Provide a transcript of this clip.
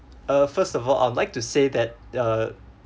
uh first of all I'd like to say that uh